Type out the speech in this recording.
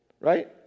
right